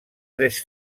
tres